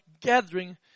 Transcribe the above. gathering